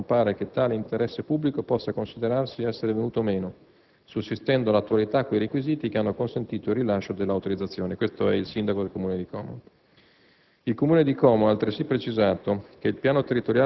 Pertanto e conclusivamente, alla luce di quanto sopra, non pare che tale interesse pubblico possa considerarsi essere venuto meno, sussistendo all'attualità quei requisiti che hanno consentito il rilascio dell'autorizzazione.» II Comune di Como